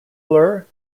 blur